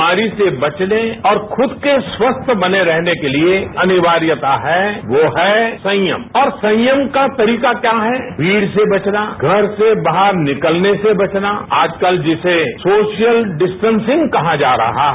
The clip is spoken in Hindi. बीमारी से बचने और खुद के स्वस्थ बने रहने के लिए अनिवार्यता है वो है संयम और संयम का तरीका क्या है भीड़ से बचना घर से बाहर निकलने से बचना आजकल जिसे सोशल डिस्टेंसिंग कहा जा रहा है